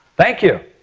thank you!